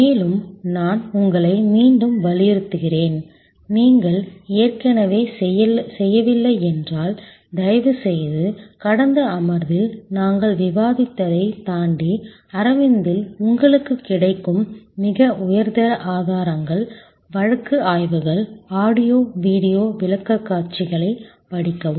மேலும் நான் உங்களை மீண்டும் வலியுறுத்துகிறேன் நீங்கள் ஏற்கனவே செய்யவில்லை என்றால் தயவு செய்து கடந்த அமர்வில் நாங்கள் விவாதித்ததைத் தாண்டி அரவிந்தில் உங்களுக்குக் கிடைக்கும் மிக உயர்தர ஆதாரங்கள் வழக்கு ஆய்வுகள் ஆடியோ வீடியோ விளக்கக்காட்சிகளைப் படிக்கவும்